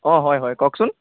অঁ হয় হয় কওকচোন